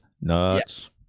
nuts